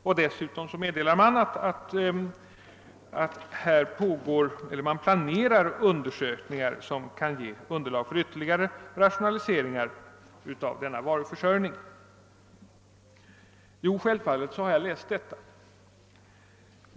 Vidare meddelas att riksrevisionsverket planerar undersökningar som kan ge underlag för ytterligare rationaliseringar av denna varuförsörjning. Självfallet har jag läst detta.